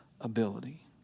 ability